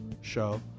show